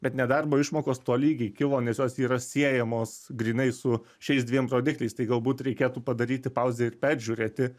bet nedarbo išmokos tolygiai kilo nes jos yra siejamos grynai su šiais dviem rodikliais tai galbūt reikėtų padaryti pauzę ir peržiūrėti